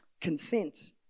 Consent